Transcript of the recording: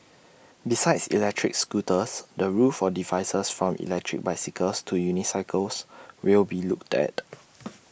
besides electric scooters the rules for devices from electric bicycles to unicycles will be looked at